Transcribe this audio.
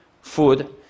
food